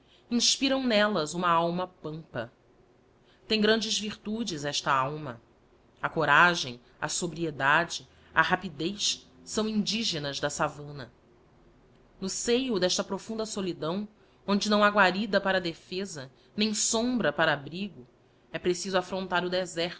inspiram nellas uma íílma pampa tem grandes virtudes esta alma a coragem a sobriedade a rapidez são indígenas da savana no seio desta profunda solidão onde não ha guarida para defesa nem sombra para abrigo é preciso aflfrontar o deserto